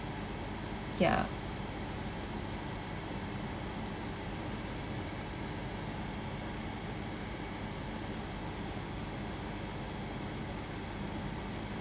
ya